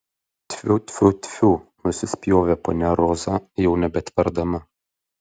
tfiu tfiu tfiu nusispjovė ponia roza jau nebetverdama